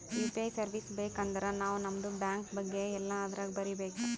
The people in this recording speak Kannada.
ಯು ಪಿ ಐ ಸರ್ವೀಸ್ ಬೇಕ್ ಅಂದರ್ ನಾವ್ ನಮ್ದು ಬ್ಯಾಂಕ ಬಗ್ಗೆ ಎಲ್ಲಾ ಅದುರಾಗ್ ಬರೀಬೇಕ್